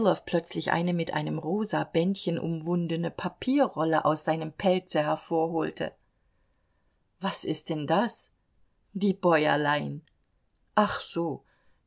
manilow plötzlich eine mit einem rosa bändchen umwundene papierrolle aus seinem pelze hervorholte was ist denn das die bäuerlein ach so